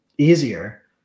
easier